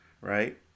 right